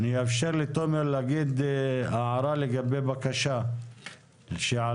אני אאפשר לתומר להגיד הערה לגבי בקשה שעלתה.